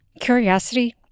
curiosity